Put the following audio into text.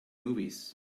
movies